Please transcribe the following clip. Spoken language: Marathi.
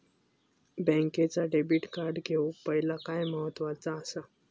बँकेचा डेबिट कार्ड घेउक पाहिले काय महत्वाचा असा?